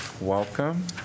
welcome